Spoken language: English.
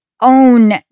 own